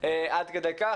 עד כדי כך,